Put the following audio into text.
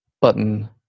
button